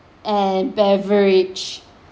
and beverage